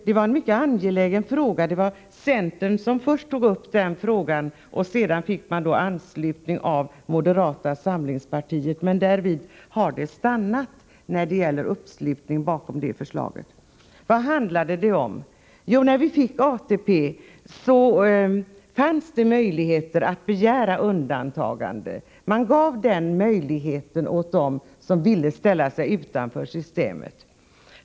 Det var en mycket angelägen fråga. Det var centern som först tog upp frågan, och sedan fick man anslutning från moderata samlingspartiet. Men därvid har det stannat, när det gäller uppslutning bakom det förslaget. Vad handlade det om? Jo, när vi fick ATP fanns det möjligheter att begära undantagande. Den möjligheten gavs åt dem som ville ställa sig utanför systemet.